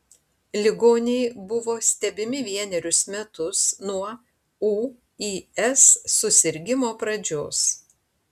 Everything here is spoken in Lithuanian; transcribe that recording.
ligoniai buvo stebimi vienerius metus nuo ūis susirgimo pradžios